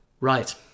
Right